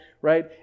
right